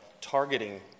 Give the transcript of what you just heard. targeting